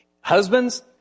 Husbands